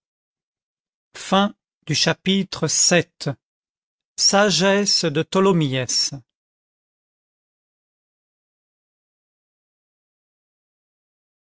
chapitre vii sagesse de tholomyès